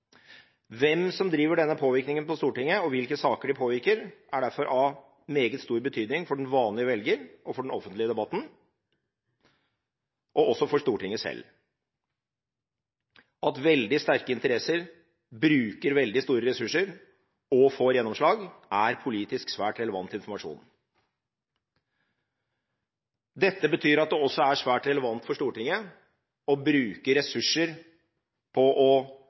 Hvem som driver denne påvirkningen på Stortinget, og hvilke saker de påvirker, er derfor av meget stor betydning for den vanlige velger, for den offentlige debatten og også for Stortinget selv. At veldig sterke interessegrupper bruker veldig store ressurser og får gjennomslag er politisk svært relevant informasjon. Dette betyr at det også er svært relevant for Stortinget å bruke ressurser på å